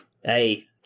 Hey